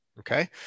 Okay